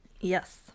Yes